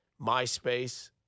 MySpace